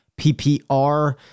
PPR